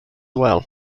well